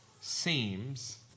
seems